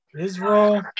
Israel